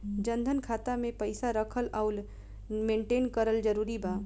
जनधन खाता मे पईसा रखल आउर मेंटेन करल जरूरी बा?